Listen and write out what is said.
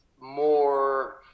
more